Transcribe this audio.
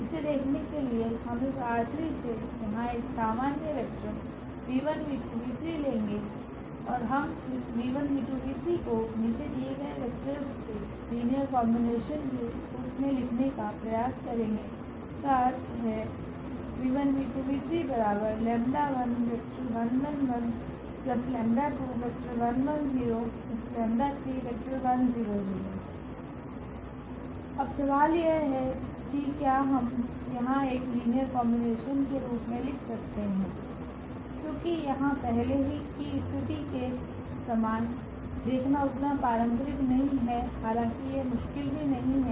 इसे देखने के लिए हम इस ℝ3 से यहां एक सामान्य वेक्टर लेंगे और हम इस को नीचे दिए गए वेक्टर्स के लीनियर कॉम्बिनेशन के रूप में लिखने का प्रयास करेंगे जिसका अर्थ है कि 𝜆1𝜆2𝜆3 अब सवाल यह है कि क्या हम यहाँ एक लीनियर कॉम्बिनेशन के रूप में लिख सकते हैं क्योंकि यहाँ पहले की स्थिति के समान देखना उतना पारंपरिक नहीं है हालाँकि यह मुश्किल भी नहीं है